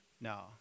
No